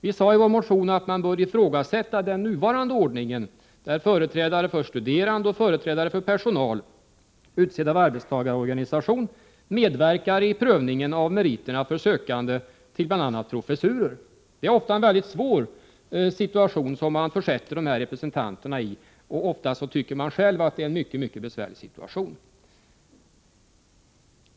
Vi sade i vår motion att man bör ifrågasätta den nuvarande ordningen, där företrädare för studerande och företrädare för personal, utsedd av arbetstagarorganisation, medverkar i prövningen av meriterna för sökande till bl.a. professurer. Det är ofta en mycket svår situation som man försätter dessa representanter i, och ofta tycker de själva att det är en mycket besvärlig situation.